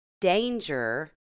danger